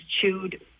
chewed